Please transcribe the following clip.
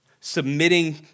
submitting